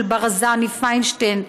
של ברזני ופיינשטיין,